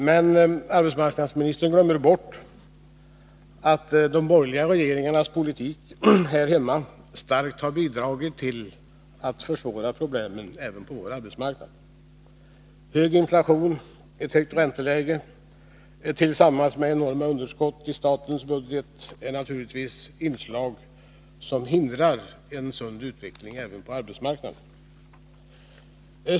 Men arbetsmarknadsministern glömmer bort att de borgerliga regeringarnas politik här hemma starkt har bidragit till att försvåra problemen även på den svenska arbetsmarknaden. Hög inflation och ett högt ränteläge tillsammans med enorma underskott i statens budget är naturligtvis inslag som hindrar en sund utveckling även på arbetsmarknaden.